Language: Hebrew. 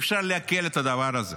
אי-אפשר לעכל את הדבר הזה.